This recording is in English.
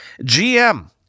GM